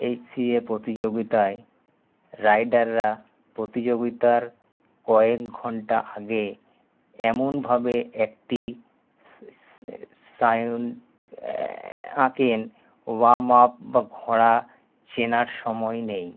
HCA প্রতিযোগিতায় রাইডাররা প্রতিযোগিতার কয়েক ঘন্টা আগে এমনভাবে একটি আঁকেন ওয়ার্ম আপ বা ভয় চেনার সময় নেই